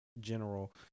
general